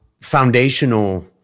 foundational